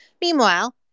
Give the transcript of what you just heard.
Meanwhile